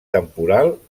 temporal